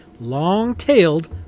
long-tailed